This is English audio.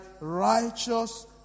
righteous